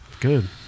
Good